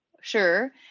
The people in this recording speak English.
sure